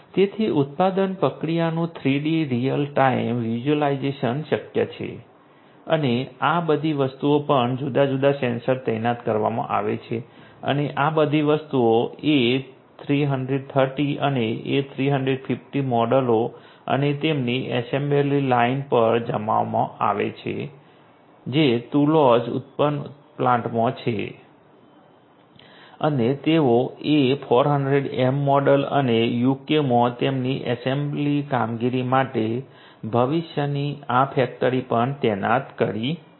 તેથી ઉત્પાદન પ્રક્રિયાનું 3D રીઅલ ટાઇમ વિઝ્યુલાઇઝેશન શક્ય છે અને આ બધી વસ્તુઓ પણ જુદા જુદા સેન્સર તૈનાત કરવામાં આવે છે અને આ બધી વસ્તુઓ A330 અને A350 મોડેલો અને તેમની એસેમ્બલી લાઇન પર જમાવવામાં આવે છે જે તુલોઝ ઉત્પાદન પ્લાન્ટમાં છે અને તેઓ A400M મોડલ અને યુકેમાં તેમની એસેમ્બલી કામગીરી માટે ભવિષ્યની આ ફેક્ટરી પણ તૈનાત કરી છે